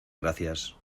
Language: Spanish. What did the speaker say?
gracias